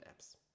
apps